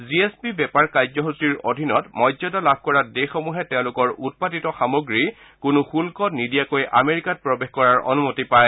G S P বেপাৰ কাৰ্যসূচীৰ অধীনত মৰ্যদা লাভ কৰা দেশসমূহে তেওঁলোকৰ উৎপাদিত সামগ্ৰী কোনো শুষ্ক নিদিয়াকৈ আমেৰিকাত প্ৰৱেশ কৰাৰ অনুমতি পায়